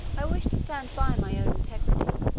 i wish to stand by my own integrity,